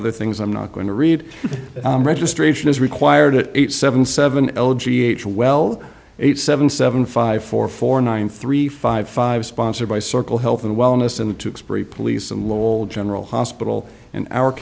other things i'm not going to read registration is required at eight seven seven g h well eight seven seven five four four nine three five five sponsored by circle health and wellness in the express police and lol general hospital and our